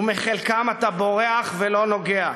ומחלקם אתה בורח ולא נוגע.